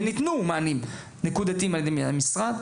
וניתנו מענים נקודתיים על ידי המשרד.